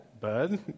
bud